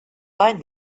bind